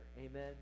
Amen